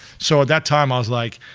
so at that time i was like,